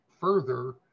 further